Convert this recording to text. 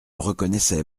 reconnaissait